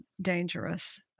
dangerous